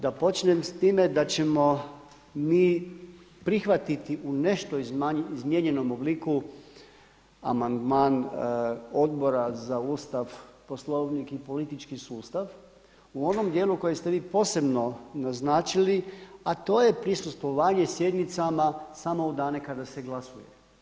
Da počnem s time da ćemo mi prihvatiti u nešto izmijenjenom obliku amandman Odbora za Ustav, poslovnik i politički sustav u onom dijelu koje ste vi posebno naznačili, a to je prisustvovanje sjednicama samo u dane kada se glasuje.